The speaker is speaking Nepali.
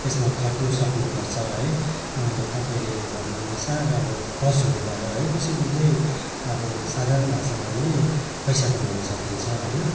यसमा खट्न सक्नुपर्छ है तपाईँले भनेअनुसार अब पशुहरूबाट है कसरी चाहिँ अब साधारण भाषामा भने पैसा कमाउन सकिन्छ होइन